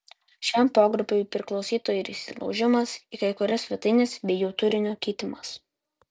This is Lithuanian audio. šiam pogrupiui priklausytų ir įsilaužimas į kai kurias svetaines bei jų turinio keitimas